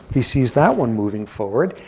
the sees that one moving forward,